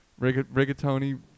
Rigatoni